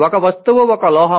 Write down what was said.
ఒక వస్తువు ఒక లోహం